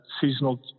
seasonal